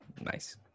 nice